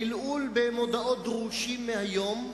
בעלעול במודעות "דרושים" מהיום: